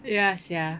ya sia